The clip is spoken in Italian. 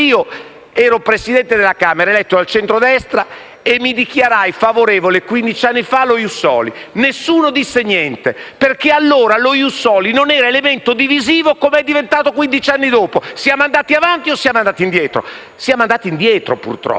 ero Presidente della Camera, eletto dal centrodestra, e mi dichiarai favorevole, quindici anni fa, allo *ius soli*. Nessuno disse niente, perché allora lo *ius soli* non era elemento divisivo come è diventato quindici anni dopo. Siamo andati avanti o siamo andati indietro? Siamo andati indietro, purtroppo.